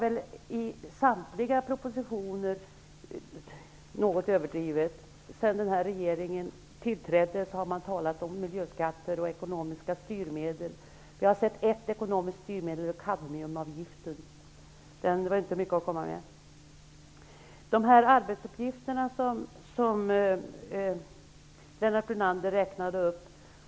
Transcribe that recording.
I samtliga propositioner -- något överdrivet -- sedan den nuvarande regeringen tillträdde har det talats om miljöskatter och ekonomiska styrmedel. Vi har sett ett ekonomiskt styrmedel, och det är kadmiumavgiften. Den var inte mycket att komma med. Lennart Brunander räknade upp en del arbetsuppgifter.